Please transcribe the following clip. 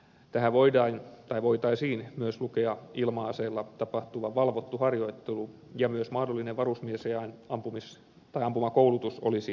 tähän voitaisiin myös lukea ilma aseella tapahtuva valvottu harjoittelu ja myös mahdollinen varusmiesajan ampumakoulutus olisi huomioitava